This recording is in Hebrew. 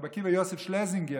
רבי עקיבא יוסף שלזינגר,